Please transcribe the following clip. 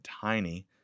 tiny